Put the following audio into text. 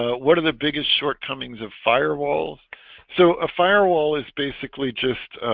ah what are the biggest shortcomings of firewalls so a firewall is basically just